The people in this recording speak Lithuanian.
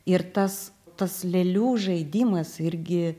ir tas tas lėlių žaidimas irgi